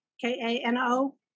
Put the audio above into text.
K-A-N-O